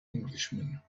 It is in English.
englishman